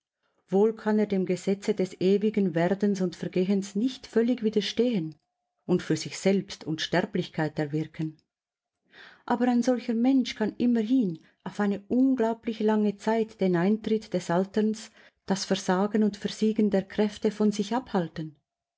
wohl kann er dem gesetze des ewigen werdens und vergehens nicht völlig widerstehen und für sich selbst unsterblichkeit erwirken aber ein solcher mensch kann immerhin auf eine unglaublich lange zeit den eintritt des alterns das versagen und versiegen der kräfte von sich abhalten